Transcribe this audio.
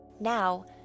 Now